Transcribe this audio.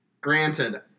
granted